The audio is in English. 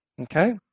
Okay